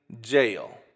jail